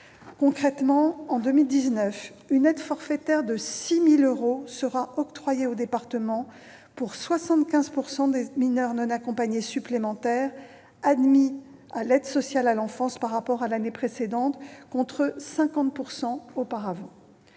Concrètement, en 2019, une aide forfaitaire de 6 000 euros sera octroyée aux départements pour 75 % des mineurs non accompagnés supplémentaires admis à l'ASE par rapport à l'année précédente, contre 50 % auparavant.